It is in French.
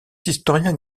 historiens